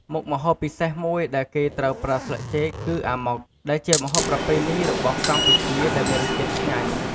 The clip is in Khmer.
មុខម្ហូបពិសេសមួយដែលគេត្រូវប្រើស្លឹកចេក គឺអាម៉ុក ដែលជាម្ហូបប្រពៃណីរបស់កម្ពុជាដែលមានរសជាតិឆ្ងាញ់ ។